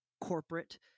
corporate